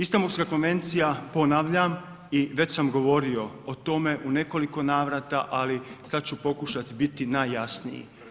Istambulska konvencija ponavljam i već sam govorio o tome u nekoliko navrata, ali sad ću pokušati biti najjasniji.